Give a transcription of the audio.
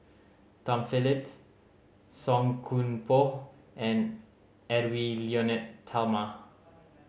Tom Phillips Song Koon Poh and Edwy Lyonet Talma